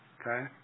Okay